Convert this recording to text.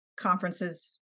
conferences